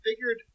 figured